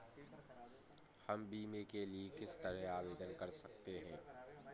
हम बीमे के लिए किस तरह आवेदन कर सकते हैं?